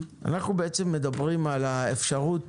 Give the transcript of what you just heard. אנחנו מדברים על האפשרות